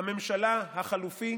הממשלה החליפי,